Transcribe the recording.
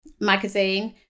magazine